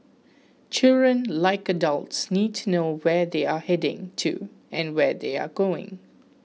children like adults need to know where they are heading to and where they are going